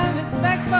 respect